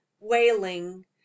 wailing